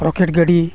rocket ᱜᱟᱹᱰᱤ